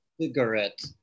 cigarette